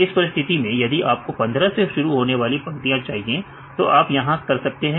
इस परिस्थिति में यदि आपको 15 से शुरू होने वाली पंक्तियां चाहिए तो आप यहां कर सकते हैं